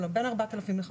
לא, לא, בין 4,000 ל-5,000.